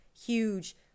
Huge